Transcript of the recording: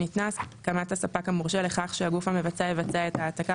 ניתנה הסכמת הספק המורשה לכך שהגוף המבצע יבצע את ההעתקה,